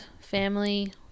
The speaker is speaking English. family